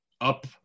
up